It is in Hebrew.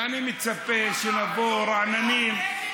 ואני מצפה שנבוא רעננים, לא מחר.